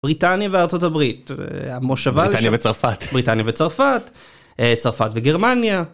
בריטניה וארה״ב, בריטניה וצרפת, צרפת וגרמניה.